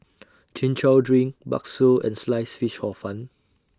Chin Chow Drink Bakso and Sliced Fish Hor Fun